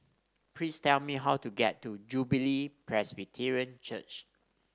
please tell me how to get to Jubilee Presbyterian Church